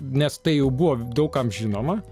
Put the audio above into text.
nes tai jau buvo daug kam žinoma